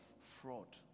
fraud